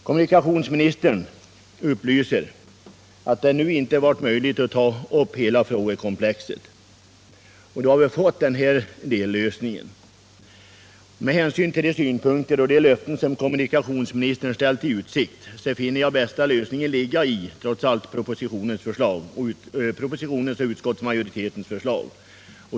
Kommunikationsministern upplyser att det nu inte varit möjligt att ta upp hela frågekomplexet och att vi därför fått denna dellösning. Med hänsyn till de synpunkter som framkommit och med hänsyn till de förslag som kommunikationsministern ställt i utsikt finner jag trots allt att bästa lösningen ligger i propositionens och utskottsmajoritetens förslag.